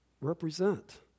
represent